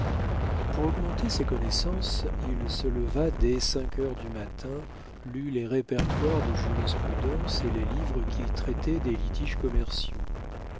pour augmenter ses connaissances il se leva dès cinq heures du matin lut les répertoires de jurisprudence et les livres qui traitaient des litiges commerciaux